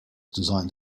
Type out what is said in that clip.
designed